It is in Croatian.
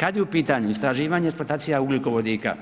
Kada je u pitanju istraživanje i eksploatacija ugljikovodika,